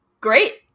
great